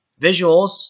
visuals